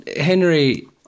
Henry